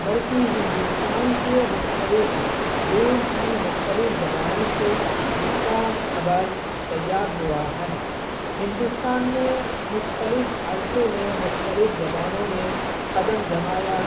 بلکہ ہندوستان کے مختلف دور کی مختلف زبانوں سے اس کا خمیر تیار ہوا ہے ہندوستان میں مختلف عرصے میں مختلف زبانوں نے قدم جمایا